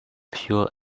pure